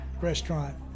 restaurant